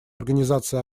организации